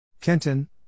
Kenton